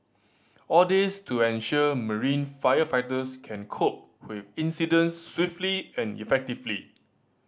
all this to ensure marine firefighters can cope with incidents swiftly and effectively